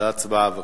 להצבעה, בבקשה.